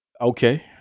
Okay